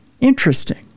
Interesting